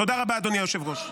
תודה רבה, אדוני היושב-ראש.